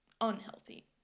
unhealthy